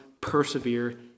persevere